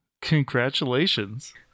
congratulations